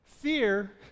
Fear